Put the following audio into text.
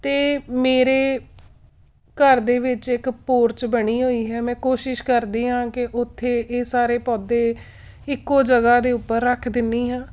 ਤਾਂ ਮੇਰੇ ਘਰ ਦੇ ਵਿੱਚ ਇੱਕ ਪੋਰਚ ਬਣੀ ਹੋਈ ਹੈ ਮੈਂ ਕੋਸ਼ਿਸ਼ ਕਰਦੀ ਹਾਂ ਕਿ ਉੱਥੇ ਇਹ ਸਾਰੇ ਪੌਦੇ ਇੱਕੋ ਜਗ੍ਹਾ ਦੇ ਉੱਪਰ ਰੱਖ ਦਿੰਦੀ ਹਾਂ